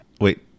wait